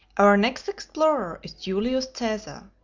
o ur next explorer is julius caesar.